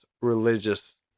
religious